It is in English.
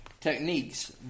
techniques